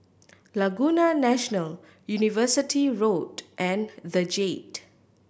Laguna National University Road and The Jade